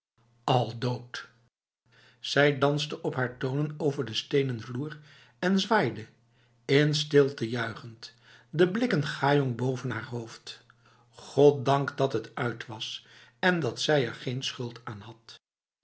al doodf zij danste op haar tonen over de stenen vloer en zwaaide in stilte juichend de blikken gajong boven haar hoofd goddank dat het uit was en dat zij er geen schuld aan had